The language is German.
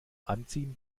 anziehen